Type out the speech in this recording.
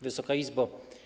Wysoka Izbo!